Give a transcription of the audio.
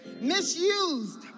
misused